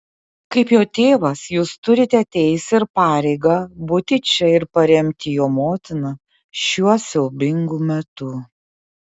kaip jo tėvas jūs turite teisę ir pareigą būti čia ir paremti jo motiną šiuo siaubingu metu